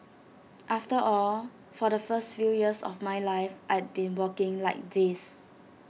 after all for the first few years of my life I'd been walking like this